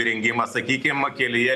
įrengimas sakykim kelyje